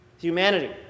humanity